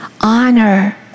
honor